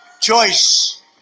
choice